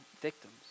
victims